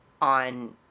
on